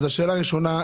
השאלה הראשונה,